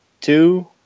Two